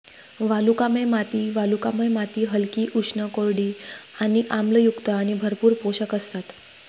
वालुकामय माती वालुकामय माती हलकी, उष्ण, कोरडी आणि आम्लयुक्त आणि भरपूर पोषक असतात